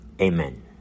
Amen